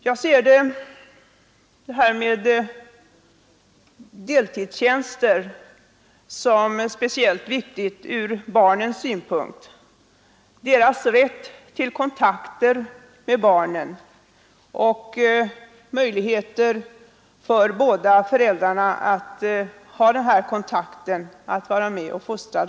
Jag finner frågan om deltidstjänster vara speciellt viktig från barnens synpunkt. Den gäller föräldrarnas rätt till kontakter med barnen och möjlighet för båda föräldrarna att delta i barnens fostran.